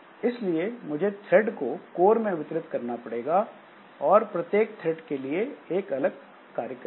इसलिए मुझे थ्रेड को कोर में वितरित करना पड़ेगा और प्रत्येक थ्रेड एक अलग कार्य करेगी